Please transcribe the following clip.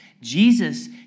Jesus